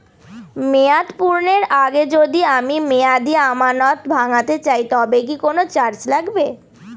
মেয়াদ পূর্ণের আগে যদি আমি মেয়াদি আমানত ভাঙাতে চাই তবে কি কোন চার্জ লাগবে?